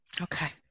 Okay